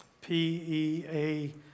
P-E-A